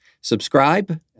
subscribe